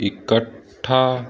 ਇਕੱਠਾ